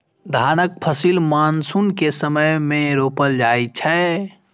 धानक फसिल मानसून के समय मे रोपल जाइ छै